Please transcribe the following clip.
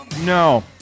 No